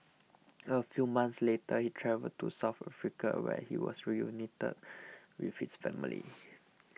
a few months later he travelled to South Africa where he was reunited with his family